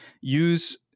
use